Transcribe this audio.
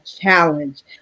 challenge